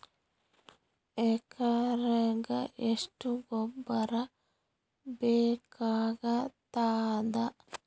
ಎಕರೆಗ ಎಷ್ಟು ಗೊಬ್ಬರ ಬೇಕಾಗತಾದ?